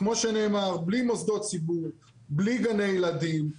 כמו שנאמר, בלי מוסדות ציבור, בלי גני ילדים,